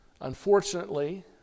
Unfortunately